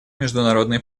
международной